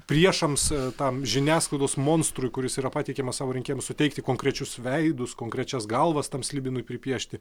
priešams tam žiniasklaidos monstrui kuris yra pateikiamas savo rinkėjams suteikti konkrečius veidus konkrečias galvas tam slibinui pripiešti